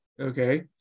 Okay